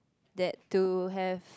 that to have